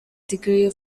degree